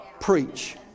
preach